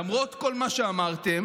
למרות כל מה שאמרתם,